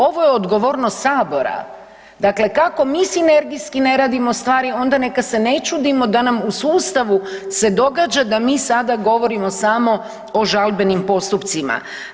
Ovo je odgovornost Sabora, dakle kako mi sinergijski ne radimo stvari onda neka se ne čudimo da nam u sustavu se događa da mi sada govorimo samo o žalbenim postupcima.